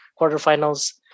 quarterfinals